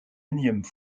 énième